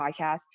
podcast